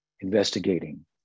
investigating